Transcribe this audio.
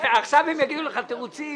עכשיו הם ייתנו לך תירוצים.